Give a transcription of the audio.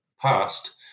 past